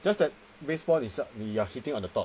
just that baseball 你 you are hitting on the top